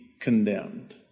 condemned